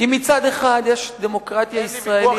כי מצד אחד יש דמוקרטיה ישראלית במשבר,